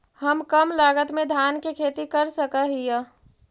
हम कम लागत में धान के खेती कर सकहिय?